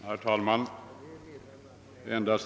Herr talman!